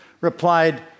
replied